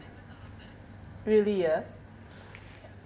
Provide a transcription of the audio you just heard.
really ah